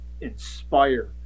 inspire